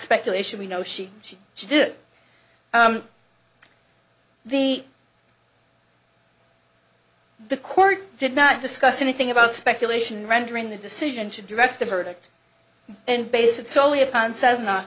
speculation we know she she she did the the court did not discuss anything about speculation rendering the decision to direct the verdict and base its solely upon says not